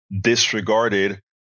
disregarded